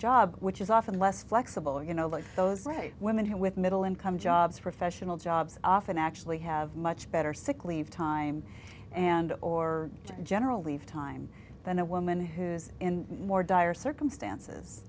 job which is often less flexible you know like those great women who with middle income jobs professional jobs often actually have much better sick leave time and or general leave time than a woman who's in more dire circumstance